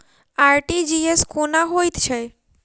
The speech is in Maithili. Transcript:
आर.टी.जी.एस कोना होइत छै?